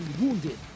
wounded